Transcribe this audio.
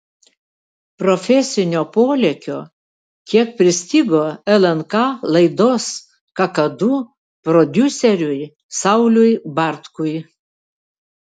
profesinio polėkio kiek pristigo lnk laidos kakadu prodiuseriui sauliui bartkui